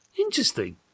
Interesting